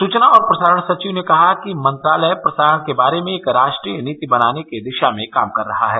सूचना और प्रसारण सचिव ने कहा कि मंत्रालय प्रसारण के बारे में एक राष्ट्रीय नीति बनाने की दिशा में काम कर रहा है